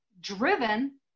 driven